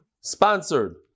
Sponsored